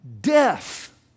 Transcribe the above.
death